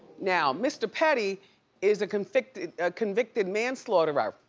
now, mr. petty is a convicted ah convicted manslaughterer.